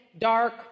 dark